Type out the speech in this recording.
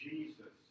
Jesus